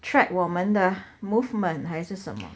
track 我们的 movement 还是什么